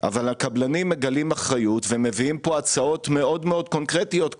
אבל הקבלנים מגלים אחריות ומביאים הצעות מאוד קונקרטיות,